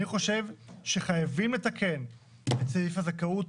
אני חושב שחייבים לתקן את סעיף הזכאות,